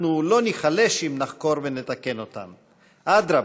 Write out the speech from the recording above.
אנחנו לא ניחלש אם נחקור ונתקן אותן, אדרבה,